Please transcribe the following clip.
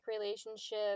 relationship